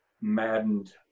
maddened